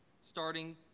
starting